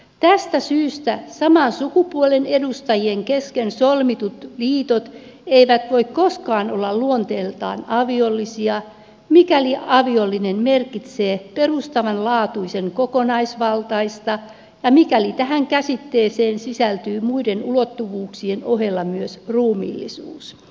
tästä syystä saman sukupuolen edustajien kesken solmitut liitot eivät voi koskaan olla luonteeltaan aviollisia mikäli aviollinen merkitsee perustavanlaatuisen kokonaisvaltaista ja mikäli tähän käsitteeseen sisältyy muiden ulottuvuuksien ohella myös ruumiillisuus